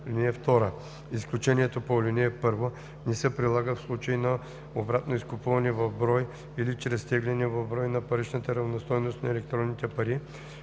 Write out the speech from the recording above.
(2) Изключението по ал. 1 не се прилага в случай на обратно изкупуване в брой или чрез теглене в брой на паричната стойност на електронните пари,